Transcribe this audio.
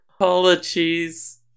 Apologies